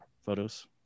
photos